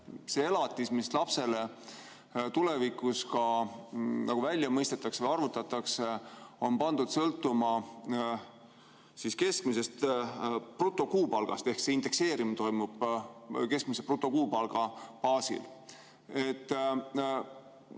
see elatis, mis lapsele tulevikus välja mõistetakse või arvutatakse, on pandud sõltuma keskmisest brutokuupalgast ehk indekseerimine toimub keskmise brutokuupalga baasil.